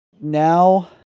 now